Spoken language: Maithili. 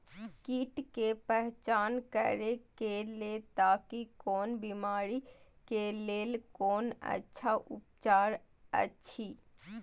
कीट के पहचान करे के लेल ताकि कोन बिमारी के लेल कोन अच्छा उपचार अछि?